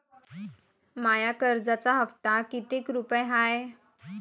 माया कर्जाचा हप्ता कितीक रुपये हाय?